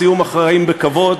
בסיום החיים בכבוד.